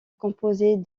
composée